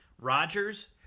Rodgers